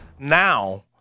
Now